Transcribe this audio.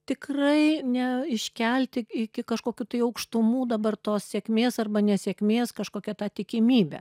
tikrai neiškelti iki kažkokių tai aukštumų dabar tos sėkmės arba nesėkmės kažkokią tą tikimybę